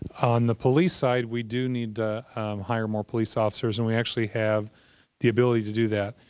on the police side, we do need to hire more police officers, and we actually have the ability to do that.